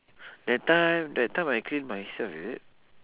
that time that time I clean myself is it